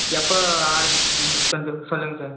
எப்போ ஆரம்பிக்கிலாம் சொல்லுங்கள் சார்